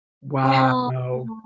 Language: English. Wow